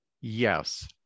Yes